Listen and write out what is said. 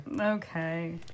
okay